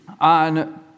on